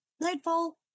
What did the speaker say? Nightfall